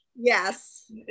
Yes